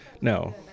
No